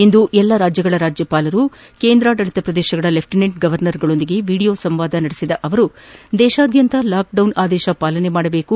ಇಂದು ಎಲ್ಲಾ ರಾಜ್ಯಗಳ ರಾಜ್ಯಪಾಲರು ಕೇಂದ್ರಾಡಳಿತ ಪ್ರದೇಶಗಳ ಲೆಪ್ಟಿನೆಂಟ್ ಗೌರ್ನರ್ಗಳೊಂದಿಗೆ ಎಡಿಯೋ ಸಂವಾದ ನಡೆಸಿದ ಅವರು ದೇಶಾದ್ಯಂತ ಲಾಕೆಡೌನ್ ಆದೇಶ ಪಾಲನೆ ಮಾಡಬೇಕು